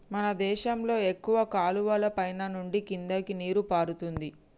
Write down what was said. మన దేశంలో ఎక్కువ కాలువలు పైన నుండి కిందకి నీరు పారుతుంది